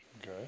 Okay